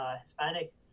Hispanic